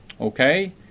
Okay